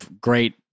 great